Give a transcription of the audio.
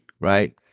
right